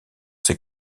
ces